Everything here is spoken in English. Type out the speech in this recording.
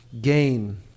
gain